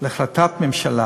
להחלטת ממשלה,